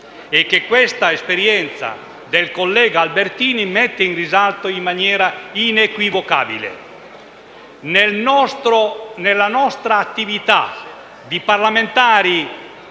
che questa esperienza del collega Albertini mette in risalto in maniera inequivocabile: nella nostra attività di parlamentari